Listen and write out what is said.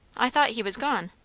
i thought he was gone?